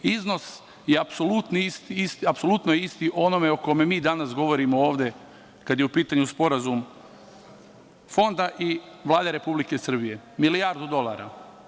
Iznos je apsolutno isti onome o kojem mi danas govorimo ovde kada je u pitanju sporazum Fonda i Vlade Republike Srbije, milijardu dolara.